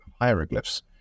hieroglyphs